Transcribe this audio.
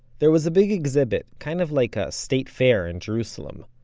there was a big exhibit kind of like a state fair in jerusalem.